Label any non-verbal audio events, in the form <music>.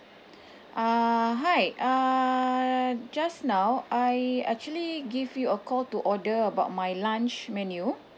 <breath> uh hi uh just now I actually give you a call to order about my lunch menu